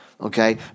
okay